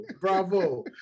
Bravo